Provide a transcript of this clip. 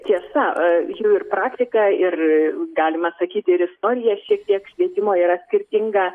tiesa jų ir praktika ir galima sakyt ir istorija šiek tiek švietimo yra skirtinga